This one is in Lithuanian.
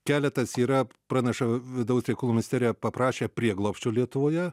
keletas yra praneša vidaus reikalų ministerija paprašė prieglobsčio lietuvoje